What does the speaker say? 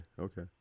Okay